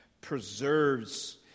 preserves